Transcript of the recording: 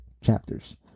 chapters